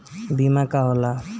बीमा का होला?